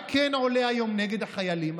מה כן עולה היום נגד החיילים?